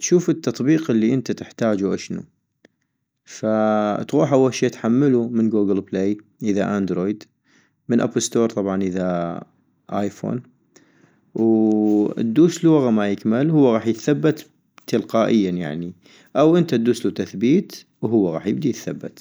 تشوف التطبيق الي انت تحتاجو اشنو، فتغوح أول شي تحملو من كوكل بلي اذا اندرويد ، من أب ستور طبعا اذا ايفون ، ووادوسلو وغا ما يكمل ، هو غاح يثبت تلقائيا يعني أو انت ادوسلو تثبيت وهو غاح يبدي يثبت